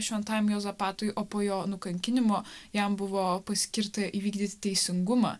šventajam juozapatui o po jo nukankinimo jam buvo paskirta įvykdyti teisingumą